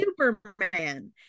Superman